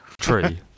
Tree